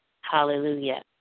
Hallelujah